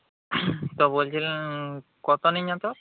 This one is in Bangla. তো বলছিলাম কত নিয়ে